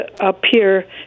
appear